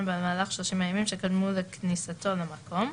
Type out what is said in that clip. במהלך 30 הימים שקדמו לכניסתו למקום,".